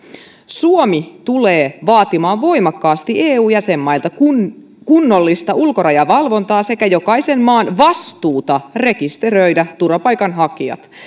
suomi tulee vaatimaan voimakkaasti eun jäsenmailta kunnollista ulkorajavalvontaa sekä jokaisen maan vastuuta rekisteröidä turvapaikanhakijat